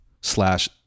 slash